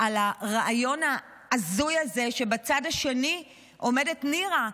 על הרעיון ההזוי הזה שבצד השני עומדת נירה,